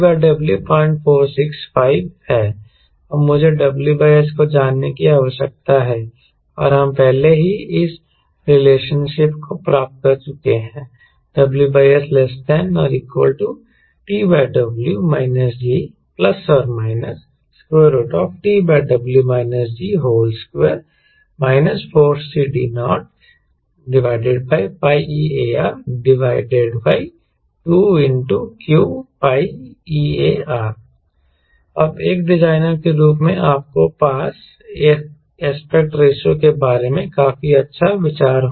T W 0465 है और मुझे W S को जानने की आवश्यकता है और हम पहले ही इस रिलेशनशिप को प्राप्त कर चुके हैं WS ≤ TW G ± TW G2 4 CD0π ARe2 qπARe अब एक डिजाइनर के रूप में आपके पास AR एस्पेक्ट रेशों के बारे में काफी अच्छा विचार होगा